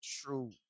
true